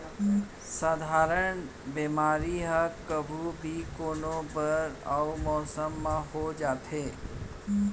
सधारन बेमारी ह कभू भी, कोनो बेरा अउ मौसम म हो जाथे